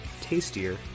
tastier